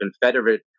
Confederate